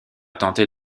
tenter